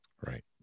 Right